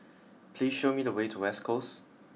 please show me the way to West Coast